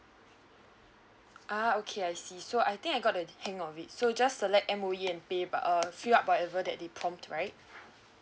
ah okay I see so I think I got the hang of it so just select M_O_E and pay by~ fill up whatever that they prompt right